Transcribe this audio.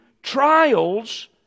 trials